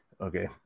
okay